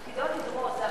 תפקידו לדרוש.